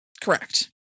Correct